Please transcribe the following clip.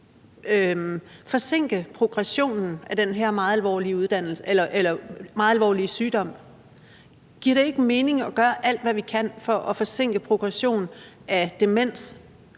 forsinke progressionen af den her meget alvorlige sygdom. Giver det ikke mening at gøre alt, hvad vi kan, for at forsinke progression af demens,